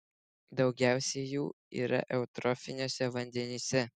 daugiausiai jų yra eutrofiniuose vandenyse